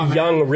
young